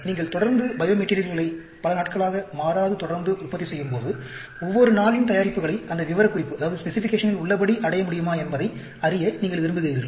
நீங்கள் தொடர்ந்து பையோமெட்டீரியல்களை பல நாட்களாக மாறாது தொடர்ந்து உற்பத்தி செய்யும் போது ஒவ்வொரு நாளின் தயாரிப்புகளை அந்த விவரக்குறிப்பில் உள்ளபடி அடைய முடியுமா என்பதை அறிய நீங்கள் விரும்புகிறீர்கள்